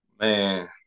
Man